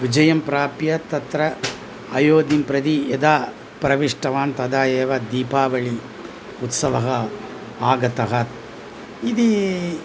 विजयं प्राप्य तत्र अयोध्यां प्रति यदा प्रविष्टवान् तदा एव दीपावली उत्सवः आगतः इति